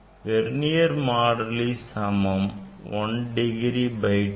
vernier மாறிலி சமம் 1 degree by 10